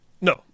No